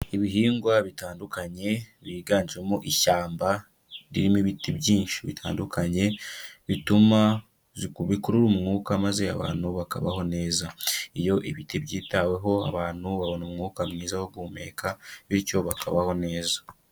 Ibihingwa bitandukanye byiganjemo ishyamba ririmo ibiti byinshi bitandukanye, bituma bikurura umwuka maze abantu bakabaho neza, iyo ibiti byitaweho abantu babona umwuka mwiza wo guhumeka bityo bakabaho neza.